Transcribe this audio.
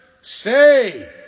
Say